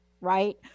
right